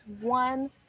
one